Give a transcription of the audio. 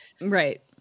right